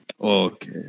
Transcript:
okay